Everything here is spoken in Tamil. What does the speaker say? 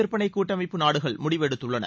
விற்பனை கூட்டமைப்பு நாடுகள் முடிவெடுத்துள்ளன